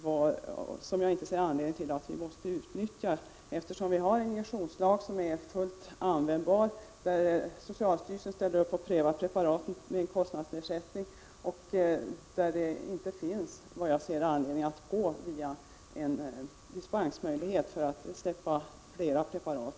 Jag förstår inte anledningen till att vi måste utnyttja den, eftersom vi har en injektionslag, som är fullt användbar och som innebär att socialstyrelsen med en kostnadsnedsättning prövar preparaten. Det finns, såvitt jag kan se, inte anledning att använda en dispensmöjlighet för att släppa loss flera preparat.